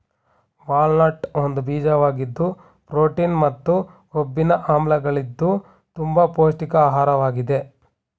walnut ಒಂದು ಬೀಜವಾಗಿದ್ದು protein ಮತ್ತು ಕೊಬ್ಬಿನ ಆಮ್ಲಗಳಿದ್ದು ತುಂಬ ಪೌಷ್ಟಿಕ ಆಹಾರ್ವಾಗಿದೆ